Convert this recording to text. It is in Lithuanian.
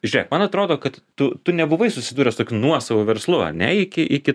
žiūrėk man atrodo kad tu tu nebuvai susidūręs su tokiu nuosavu verslu ar ne iki iki